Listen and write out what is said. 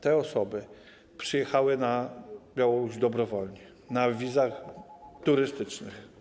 Te osoby przyjechały na Białoruś dobrowolnie, na wizach turystycznych.